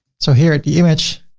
so here at the image,